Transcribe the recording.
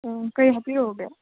ꯎꯝ ꯀꯔꯤ ꯍꯥꯞꯄꯤꯔꯛꯑꯣꯒꯦ